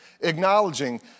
acknowledging